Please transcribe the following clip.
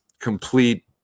complete